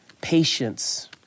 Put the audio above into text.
patience